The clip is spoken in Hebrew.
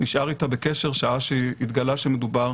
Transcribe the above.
נשאר אתה בקשר שעה שהתגלה שמדובר